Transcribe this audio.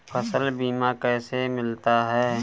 फसल बीमा कैसे मिलता है?